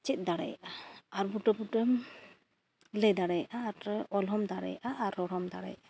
ᱪᱮᱫ ᱫᱟᱲᱮᱭᱟᱜᱼᱟ ᱟᱨ ᱵᱩᱴᱟᱹ ᱵᱩᱴᱟᱹᱢ ᱞᱟᱹᱭ ᱫᱟᱲᱮᱭᱟᱜᱼᱟ ᱟᱨ ᱚᱞ ᱦᱚᱸᱢ ᱫᱟᱲᱮᱭᱟᱜᱼᱟ ᱟᱨ ᱨᱚᱲ ᱦᱚᱸᱢ ᱫᱟᱲᱮᱭᱟᱜᱼᱟ